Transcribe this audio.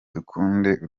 dukunde